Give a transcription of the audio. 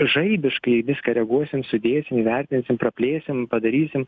žaibiškai į viską reaguosim sudėsim įvertinsim praplėsim padarysim